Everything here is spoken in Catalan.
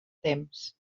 temps